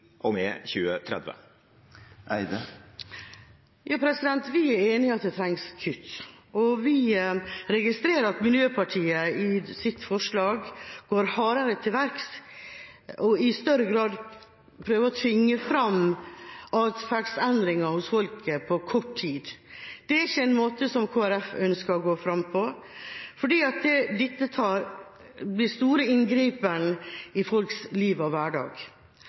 og med 2030? Vi er enige i at det trengs kutt. Vi registrerer at Miljøpartiet De Grønne i sitt forslag går hardere til verks og i større grad prøver å tvinge fram atferdsendringer hos folket på kort tid. Det er ikke en måte som Kristelig Folkeparti ønsker å gå fram på. Dette er en stor inngripen i folks liv og hverdag.